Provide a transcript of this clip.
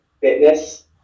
Fitness